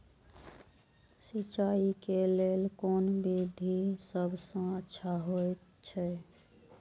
सिंचाई क लेल कोन विधि सबसँ अच्छा होयत अछि?